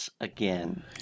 again